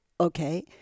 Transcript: Okay